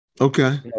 okay